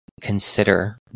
consider